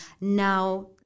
now